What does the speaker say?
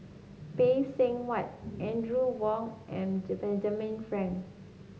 Phay Seng Whatt Audrey Wong and Benjamin Frank